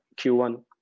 Q1